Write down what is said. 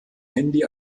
handy